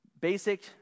Basic